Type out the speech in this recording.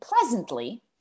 pleasantly